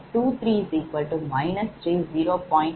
565 pu If23 j0